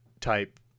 type